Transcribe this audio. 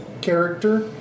character